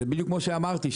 זה בדיוק כמו שאמרתי,